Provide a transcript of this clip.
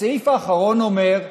הסעיף האחרון אומר,